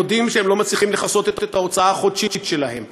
הם מודים שהם לא מצליחים לכסות את ההוצאה החודשית שלהם,